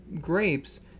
grapes